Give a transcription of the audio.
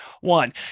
one